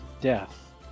Death